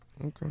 Okay